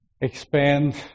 expand